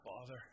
Father